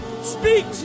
Speak